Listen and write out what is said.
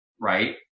right